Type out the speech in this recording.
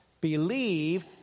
believe